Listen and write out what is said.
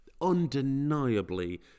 undeniably